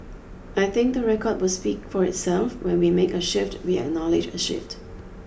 I think the record will speak for itself when we make a shift we acknowledge a shift